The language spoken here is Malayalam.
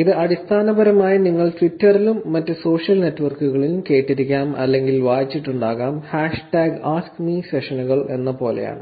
ഇത് അടിസ്ഥാനപരമായി നിങ്ങൾ ട്വിറ്ററിലും മറ്റ് സോഷ്യൽ നെറ്റ്വർക്കുകളിലും കേട്ടിരിക്കാം അല്ലെങ്കിൽ വായിച്ചിട്ടുണ്ടാകാം ഹാഷ്ടാഗ് AskMe സെഷനുകൾ എന്ന പോലെയാണ്